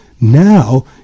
Now